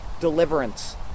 deliverance